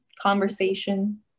conversation